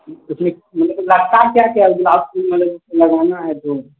उसमे रहता क्या क्या गुलाब फूल मे मतलब लगाना है दो